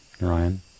Ryan